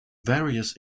various